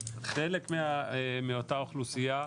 חלק מאותה אוכלוסייה,